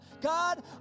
God